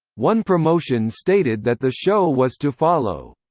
one promotion stated that the show was to follow,